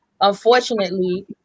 Unfortunately